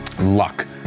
luck